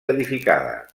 edificada